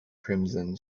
crimson